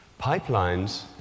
Pipelines